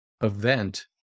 event